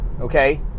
okay